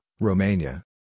Romania